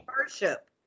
Worship